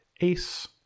ace